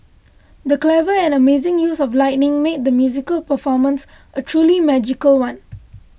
the clever and amazing use of lighting made the musical performance a truly magical one